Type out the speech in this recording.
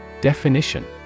Definition